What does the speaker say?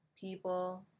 people